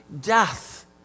death